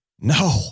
No